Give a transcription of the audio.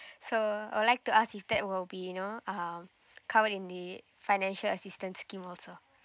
so I will like to ask if that will be you know uh covered in the financial assistance scheme also